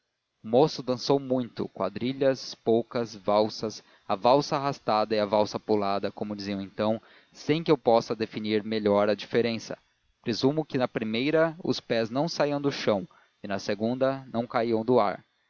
moço dançou muito quadrilhas polcas valsas a valsa arrastada e a valsa pulada como diziam então sem que eu possa definir melhor a diferença presumo que na primeira os pés não saíam do chão e na segunda não caíam do ar